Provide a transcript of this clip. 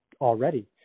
already